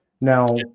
Now